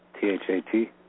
T-H-A-T